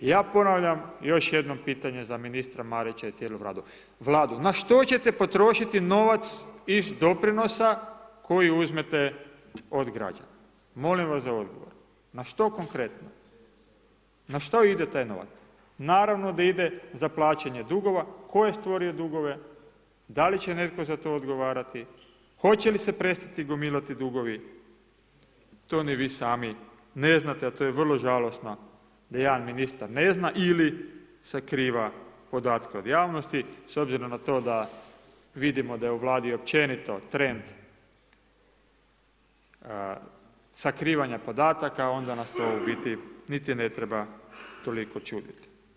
Ja ponavljam još jednom pitanje za ministra Marića i cijelu Vladu na što čete potrošiti novac iz doprinosa koji uzmete od građana, molim vas za odgovor, na što konkretno, na što ide taj novac, naravno da ide za plaćanje dugova, tko je stvorio dugove, da li će netko za to odgovarati, hoće li se prestati gomilati dugovi to ni vi sami ne znate, a to je vrlo žalosno da jedan ministar ne zna ili sakriva podatke od javnosti s obzirom na to da vidimo da je u Vladi općenito trend sakrivanja podataka onda nas to u biti niti ne treba toliko čuditi.